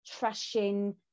trashing